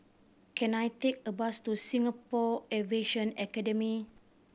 can I take a bus to Singapore Aviation Academy